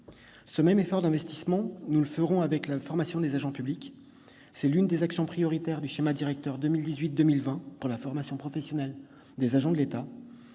Ce même effort d'investissement, nous le ferons pour la formation des agents publics. C'est l'une des actions prioritaires du schéma directeur 2018-2020 pour la formation professionnelle des agents de l'État,